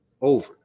over